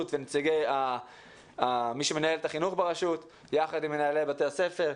ונציגי מי שמנהל את החינוך ברשות יחד עם מנהלי בתי הספר,